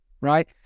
right